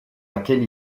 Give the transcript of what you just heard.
laquelle